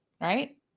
right